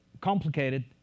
complicated